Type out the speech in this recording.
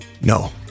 No